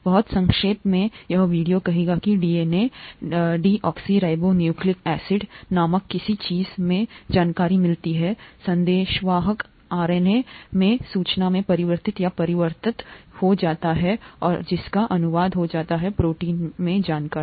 बहुत संक्षेप में यह वीडियो कहेगा कि डीएनए डीऑक्सीराइबोन्यूक्लिक एसिड नामक किसी चीज में जानकारी मिलती है संदेशवाहक आरएनए में सूचना में परिवर्तित या परिवर्तित हो जाता है और जिसका अनुवाद हो जाता है प्रोटीन में जानकारी